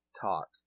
talk